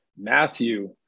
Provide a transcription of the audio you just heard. Matthew